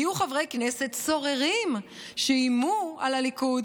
היו חברי כנסת סוררים שאיימו על הליכוד